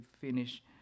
finish